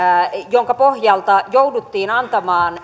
jonka pohjalta jouduttiin antamaan